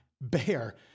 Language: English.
bear